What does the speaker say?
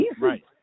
right